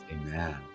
Amen